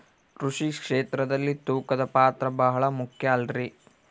ಕೃಷಿ ಕ್ಷೇತ್ರದಲ್ಲಿ ತೂಕದ ಪಾತ್ರ ಬಹಳ ಮುಖ್ಯ ಅಲ್ರಿ?